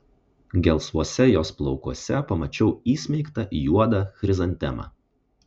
gelsvuose jos plaukuose pamačiau įsmeigtą juodą chrizantemą